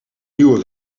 nieuwe